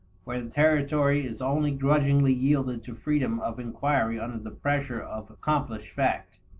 where the territory is only grudgingly yielded to freedom of inquiry under the pressure of accomplished fact.